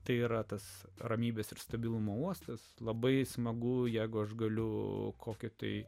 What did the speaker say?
tai yra tas ramybės ir stabilumo uostas labai smagu jeigu aš galiu kokį tai